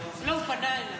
צודק, לא, הוא פנה אליי.